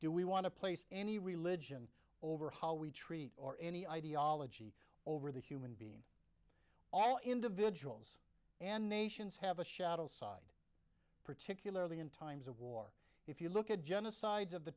do we want to place any religion over how we treat or any ideology over the human being all individuals and nations have a shadow side particularly in times of war if you look at genocides of the